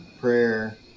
prayer